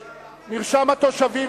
במשך שנה וחצי,